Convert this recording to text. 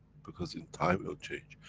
because in time it'll change.